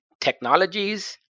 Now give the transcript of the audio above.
technologies